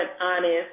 honest